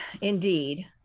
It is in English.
indeed